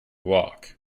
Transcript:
walk